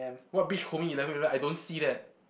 what beach combing I don't see that